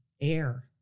air